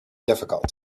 difficult